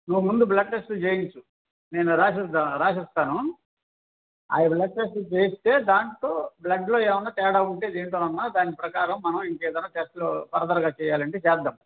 నువ్వు ముందు బ్లడ్ టెస్ట్లు చెయ్యించు నేను రాసిస్త రాసిస్తాను అవి బ్లడ్ టెస్ట్లు చెయ్యిస్తే దాంతో బ్లడ్లో ఏమైనా తేడా ఉంటే దేంట్లోనైనా దాని ప్రకారం మనం ఇంకేదైనా టెస్టులు ఫర్దర్గా చెయ్యాలంటే చేద్దాము